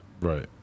Right